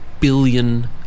billion